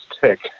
tick